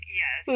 yes